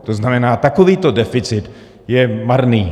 To znamená, takovýto deficit je marný.